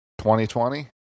2020